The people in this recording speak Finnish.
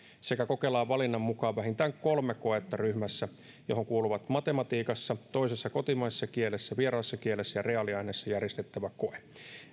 sekä kokelaan valinnan mukaan vähintään kolme koetta ryhmässä johon kuuluvat matematiikassa toisessa kotimaisessa kielessä vieraassa kielessä ja reaaliaineissa järjestettävä koe